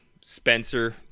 Spencer